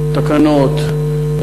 תקנות,